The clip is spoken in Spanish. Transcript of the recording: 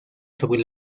sobre